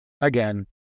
again